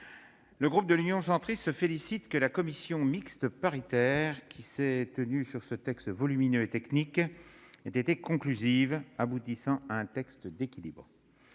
le groupe Union Centriste se félicite que la commission mixte paritaire qui s'est réunie pour examiner ce texte volumineux et technique ait été conclusive, aboutissant à un texte d'équilibre.